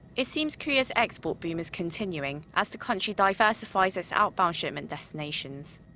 it seems korea's export boom is continuing, as the country diversifies its outbound shipment destinations.